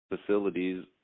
facilities